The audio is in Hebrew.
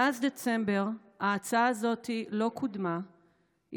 מאז דצמבר ההצעה הזאת לא קודמה,